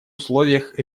условиях